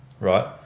right